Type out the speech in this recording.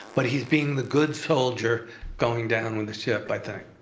but he's being the good soldier going down with the ship, i think.